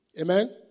Amen